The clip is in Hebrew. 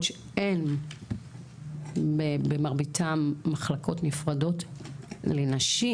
שאין במרביתם מחלקות נפרדות לנשים,